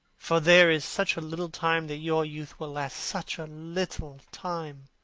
for there is such a little time that your youth will last such a little time.